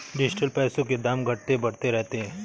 digital पैसों के दाम घटते बढ़ते रहते हैं